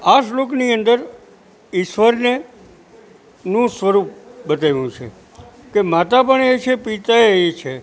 આ શ્લોકની અંદર ઈશ્વરનું સ્વરૂપ બતાવ્યું છે માતા પણ એ છે પિતા એ જ છે